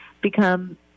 become